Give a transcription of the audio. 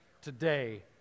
today